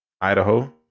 Idaho